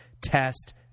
Test